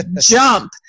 jump